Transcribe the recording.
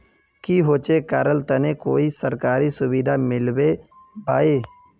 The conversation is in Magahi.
की होचे करार तने कोई सरकारी सुविधा मिलबे बाई?